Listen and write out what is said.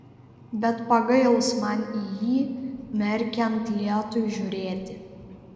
bet pagails man į jį merkiant lietui žiūrėti